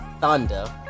Thunder